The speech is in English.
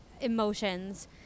emotions